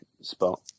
spot